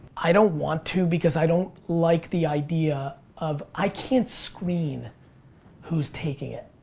i don't want to because i don't like the idea of i can't screen who's taking it.